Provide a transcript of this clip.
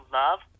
love